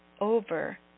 over